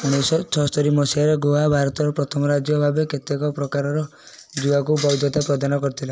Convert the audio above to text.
ଉଣେଇଶ ଛଅସ୍ତରି ମସିହାରେ ଗୋଆ ଭାରତର ପ୍ରଥମ ରାଜ୍ୟ ଭାବେ କେତେକ ପ୍ରକାରର ଜୁଆକୁ ବୈଧତା ପ୍ରଦାନ କରିଥିଲା